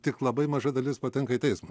tik labai maža dalis patenka į teismą